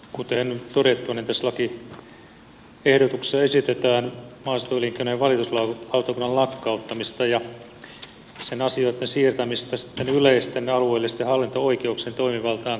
kuten todettu tässä lakiehdotuksessa esitetään maaseutuelinkeinojen valituslautakunnan lakkauttamista ja sen asioitten siirtämistä yleisten alueellisten hallinto oikeuksien toimivaltaan kuuluviksi